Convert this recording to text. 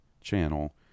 channel